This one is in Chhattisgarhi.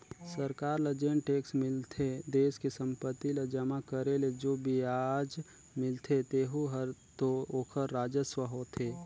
सरकार ल जेन टेक्स मिलथे देस के संपत्ति ल जमा करे ले जो बियाज मिलथें तेहू हर तो ओखर राजस्व होथे